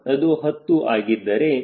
ಅದು 10 ಆಗಿದ್ದರೆ ಇದರ ಮೌಲ್ಯವು 0